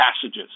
passages